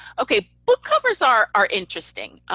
okay, book covers are are interesting.